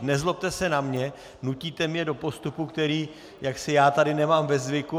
Nezlobte se na mě, nutíte mě do postupu, který já tady nemám ve zvyku.